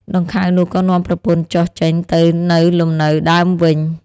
ដង្ខៅនោះ ក៏នាំប្រពន្ធចុះ ចេញទៅនៅលំនៅដើមវិញ ។